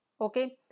Okay